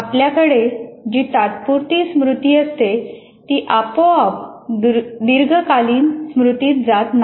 आपल्याकडे जी तात्पुरती स्मृती असते ती आपोआप दीर्घकालीन स्मृतीत जात नाही